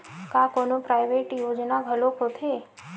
का कोनो प्राइवेट योजना घलोक होथे?